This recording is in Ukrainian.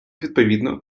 відповідно